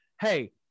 Hey